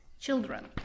children